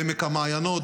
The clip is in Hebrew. בעמק המעניינות,